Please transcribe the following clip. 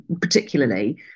particularly